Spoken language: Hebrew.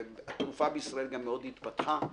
והתעופה בישראל מאוד התפתחה,